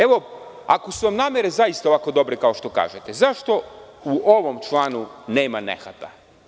Evo, ako su vam namere zaista ovako dobre kao što kažete, zašto u ovom članu nema nehata.